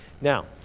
Now